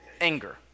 anger